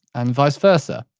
and vice versa.